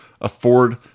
afford